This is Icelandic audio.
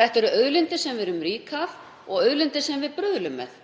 Þetta eru auðlindir sem við erum rík af og auðlindir sem við bruðlum með.